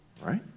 Right